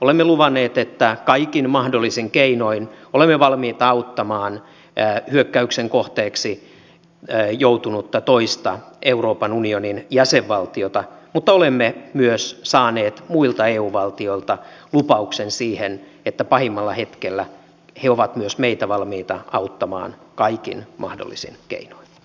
olemme luvanneet että kaikin mahdollisin keinoin olemme valmiit auttamaan hyökkäyksen kohteeksi joutunutta toista euroopan unionin jäsenvaltiota mutta olemme myös saaneet muilta eu valtioilta lupauksen siihen että pahimmalla hetkellä he ovat myös meitä valmiita auttamaan kaikin mahdollisin keinoin